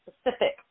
specific